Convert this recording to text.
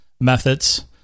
methods